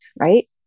right